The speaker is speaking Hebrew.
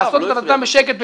לעשות את עבודתם בשקט,